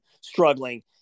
struggling